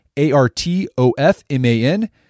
A-R-T-O-F-M-A-N